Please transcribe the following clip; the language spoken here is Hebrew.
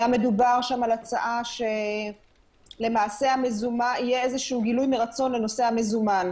היה מדובר על הצעה שלמעשה יהיה גילוי מרצון לנושא המזומן,